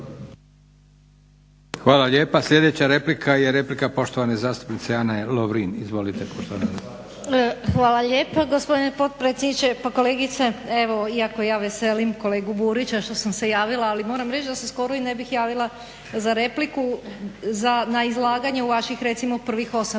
Hvala lijepa. Sljedeća replika je replika poštovane zastupnice Ane Lovrin. Izvolite. **Lovrin, Ana (HDZ)** Hvala lijepa gospodine potpredsjedniče. Evo iako ja veselim kolegu Burića što sam se javila ali moram reći da se skoro ne bi javila za repliku na izlaganje u vaših recimo prvih 8